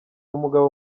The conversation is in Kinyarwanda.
umugabo